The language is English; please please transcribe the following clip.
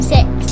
Six